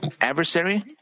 adversary